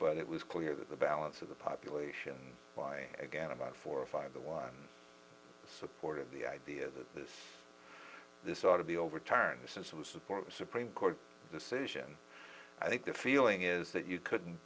but it was clear that the balance of the population why again about four or five to one supported the idea that this this ought to be overturned or since it was a former supreme court decision i think the feeling is that you couldn't